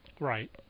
Right